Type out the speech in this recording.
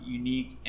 unique